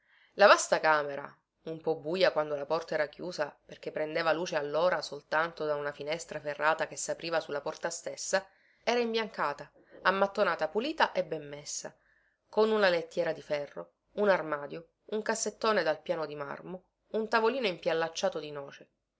la vasta camera un po buja quando la porta era chiusa perché prendeva luce allora soltanto da una finestra ferrata che sapriva su la porta stessa era imbiancata ammattonata pulita e ben messa con una lettiera di ferro un armadio un cassettone dal piano di marmo un tavolino impiallacciato di noce